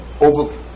over